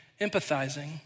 empathizing